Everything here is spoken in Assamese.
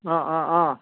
অঁ অঁ অঁ